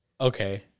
Okay